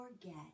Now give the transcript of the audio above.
forget